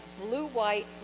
blue-white